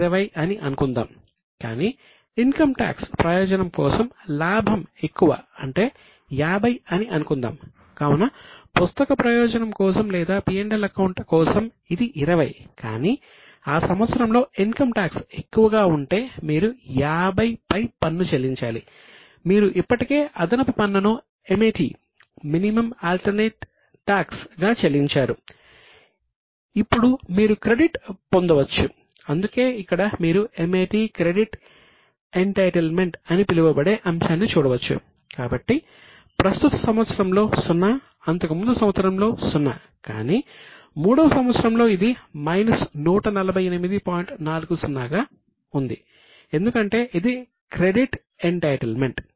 మరొక సంవత్సరంలో మీ లాభం 20 అని అనుకుందాం కాని ఇన్కమ్ టాక్స్